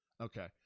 Okay